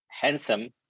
handsome